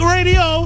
Radio